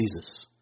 Jesus